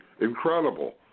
incredible